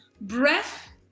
breath